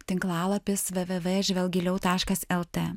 tinklalapis www žvelk giliau taškas lt